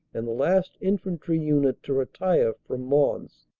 and the last infantry unit to retire from mons.